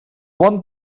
bon